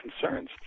concerns